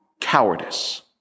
cowardice